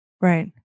Right